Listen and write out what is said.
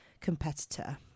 competitor